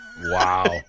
Wow